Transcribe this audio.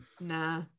Nah